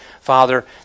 Father